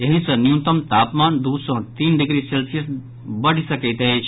एहि सँ न्यूनतम तापमान दू सँ तीन डिग्री सेल्सियस बढ़ि सकैत अछि